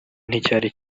nticyari